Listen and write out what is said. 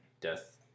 death